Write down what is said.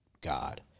God